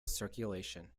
circulation